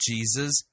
Jesus